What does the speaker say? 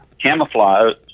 camouflage